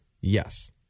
yes